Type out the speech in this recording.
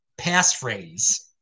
passphrase